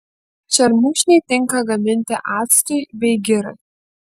šermukšniai tinka gaminti actui bei girai